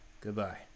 Goodbye